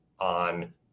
on